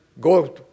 go